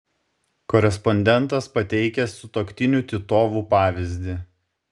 korespondentas pateikia sutuoktinių titovų pavyzdį